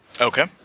Okay